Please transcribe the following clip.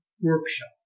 workshop